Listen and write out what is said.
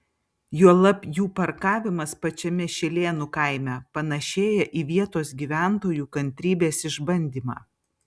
juolab jų parkavimas pačiame šilėnų kaime panašėja į vietos gyventojų kantrybės išbandymą